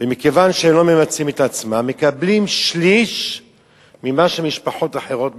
ומכיוון שהם לא ממצים את עצמם הם מקבלים שליש ממה שמשפחות אחרות מקבלות.